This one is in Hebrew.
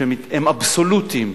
שהם אבסולוטיים.